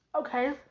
Okay